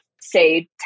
say